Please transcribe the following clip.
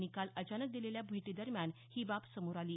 यांनी काल अचानक दिलेल्या भेटी दरम्यान ही बाब समोर आली